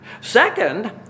Second